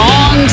on